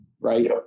right